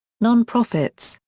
nonprofits,